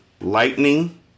Lightning